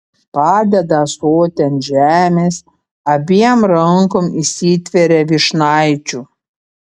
padeda ąsotį ant žemės abiem rankom įsitveria vyšnaičių